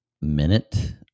minute